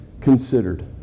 considered